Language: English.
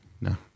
No